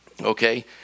Okay